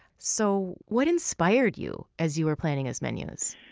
so what inspired you as you were planning his menus?